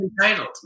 entitled